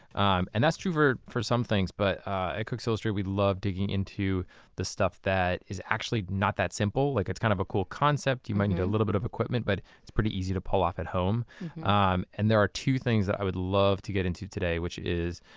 um and that's true for for some things, but at ah cook's illustrated we love digging into the stuff that is actually not that simple, like it's kind of a cool concept and you might need a little bit of equipment, but it's pretty easy to pull off at home um and there are two things that i would love to get into today which is.